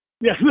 Yes